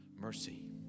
mercy